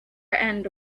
end